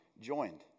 joined